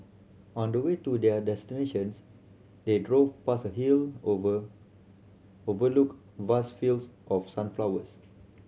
on the way to their destinations they drove past a hill over overlooked vast fields of sunflowers